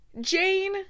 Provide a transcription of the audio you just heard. Jane